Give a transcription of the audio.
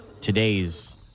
today's